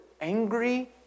angry